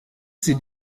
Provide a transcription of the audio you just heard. sie